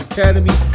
Academy